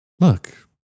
Look